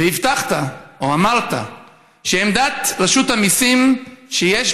והבטחת או אמרת שעמדת רשות המיסים היא שיש